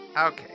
Okay